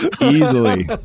easily